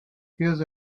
hears